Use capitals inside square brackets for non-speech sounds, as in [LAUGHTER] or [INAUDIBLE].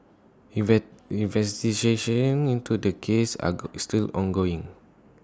invert investigations into this case are [UNINTELLIGIBLE] still ongoing